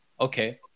Okay